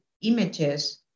images